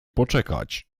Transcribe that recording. poczekać